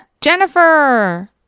Jennifer